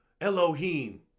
Elohim